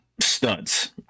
studs